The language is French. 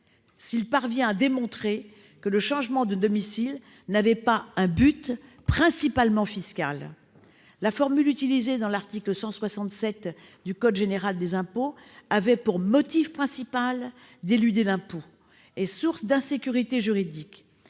s'il parvient à démontrer que le changement de domicile n'avait pas un but principalement fiscal. La formule utilisée à l'article 167 du code général des impôts- « avec pour motif principal d'éluder l'impôt » -est source d'insécurité juridique.